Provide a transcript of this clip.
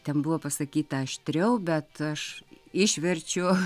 ten buvo pasakyta aštriau bet aš išverčiu